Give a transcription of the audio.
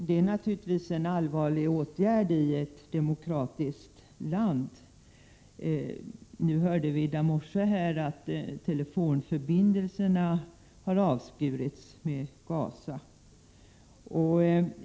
Det är naturligtvis en allvarlig åtgärd i ett demokratiskt land.